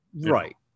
right